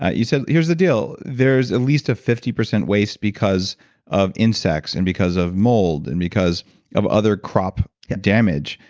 you said, here's the deal there's at least a fifty percent waste because of insects and because of mold and because of other crop damage.